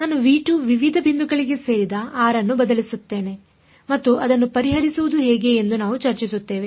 ನಾನು ವಿವಿಧ ಬಿಂದುಗಳಿಗೆ ಸೇರಿದ r ಅನ್ನು ಬದಲಿಸುತ್ತೇನೆ ಮತ್ತು ಅದನ್ನು ಪರಿಹರಿಸುವುದು ಹೇಗೆ ಎಂದು ನಾವು ಚರ್ಚಿಸುತ್ತೇವೆ